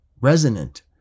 resonant